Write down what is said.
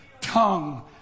tongue